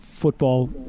Football